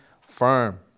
firm